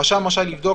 הרשם רשאי לבדוק,